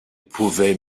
pouvait